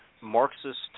Marxist